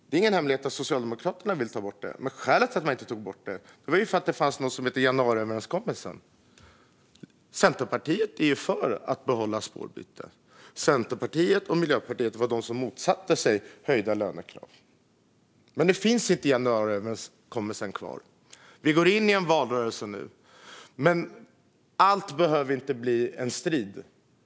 Det är ingen hemlighet att Socialdemokraterna vill ta bort den möjligheten, men skälet till att man inte tog bort den är något som heter januariöverenskommelsen. Centerpartiet är ju för att behålla spårbytet, och Centerpartiet och Miljöpartiet var de som motsatte sig höjda lönekrav. Men januariöverenskommelsen finns inte kvar, och nu går vi in i en valrörelse. Allt behöver dock inte bli en strid.